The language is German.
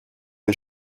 ein